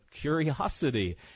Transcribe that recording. curiosity